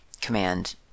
command